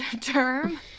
term